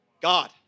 God